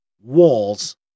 walls